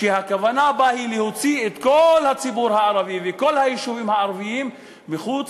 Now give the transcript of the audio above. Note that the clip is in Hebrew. שהכוונה בה היא להוציא את כל הציבור הערבי וכל היישובים הערביים מחוץ